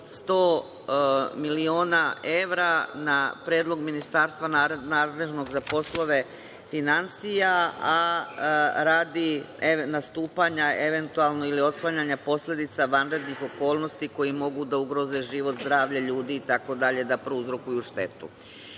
sto miliona evra na predlog ministarstva nadležnog za poslove finansija, a radi nastupanja eventualno ili otklanjanja posledica vanrednih okolnosti koje mogu da ugroze život, zdravlje ljudi itd, da prouzrokuju štetu.